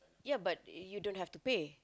yeah but you don't have to pay